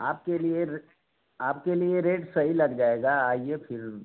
आपके लिए आपके लिए रेट सही लग जाएगा आइए फिर